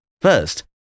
First